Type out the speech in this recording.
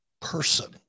person